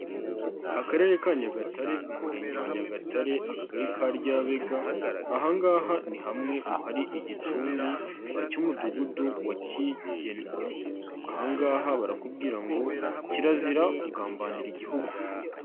Akarere ka Nyagatare, umurenge wa Nyagatare, akagari ka Ryabega, aha ngaha ni hamwe mu hari igicumbi cy'umudugudu wa Kigeni, aha ngaha barakubwira ngo kirazira kugambanira Igihugu.